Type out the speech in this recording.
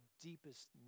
deepest